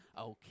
Okay